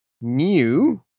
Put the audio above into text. new